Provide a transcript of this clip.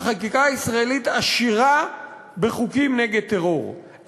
החקיקה הישראלית עשירה בחוקים נגד טרור,